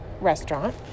restaurant